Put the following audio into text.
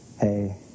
hey